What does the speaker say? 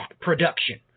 production